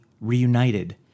reunited